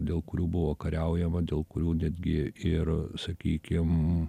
dėl kurių buvo kariaujama dėl kurių netgi ir sakykim